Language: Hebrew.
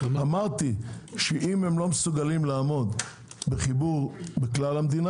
אמרתי שאם הם לא מסוגלים לעמוד בחיבור לכלל המדינה,